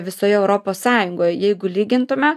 visoje europos sąjungoje jeigu lygintume